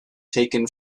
taken